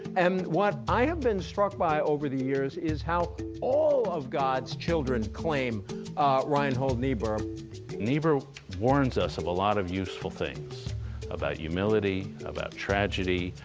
and what i have been struck by over the years is how all of god's children claim ah reinhold niebuhr niebuhr warns us of a lot of useful things about humility, about tragedy,